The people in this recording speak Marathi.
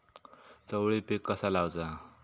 चवळी पीक कसा लावचा?